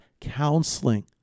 counseling